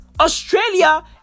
Australia